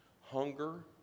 hunger